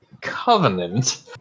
covenant